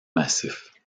massif